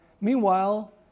meanwhile